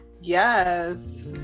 Yes